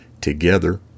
Together